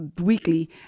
weekly